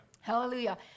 hallelujah